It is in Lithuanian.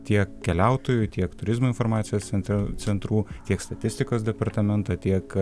tiek keliautojų tiek turizmo informacijos centre centrų tiek statistikos departamento tiek